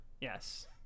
Yes